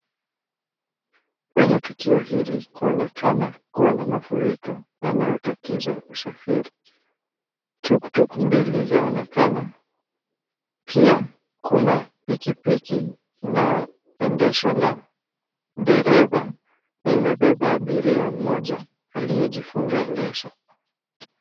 Kwenye tukio hili, kwaonekana kuwa na mafuriko yanayotatiza usafiri, tuktuk mbili zaonekana, pia kuna pikipiki inayoendeshwa na dereva na imebeba abiria mmoja aliyejifunga leso.